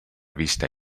vista